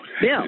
Bill